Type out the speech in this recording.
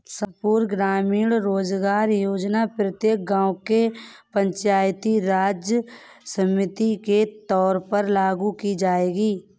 संपूर्ण ग्रामीण रोजगार योजना प्रत्येक गांव के पंचायती राज समिति के तौर पर लागू की जाएगी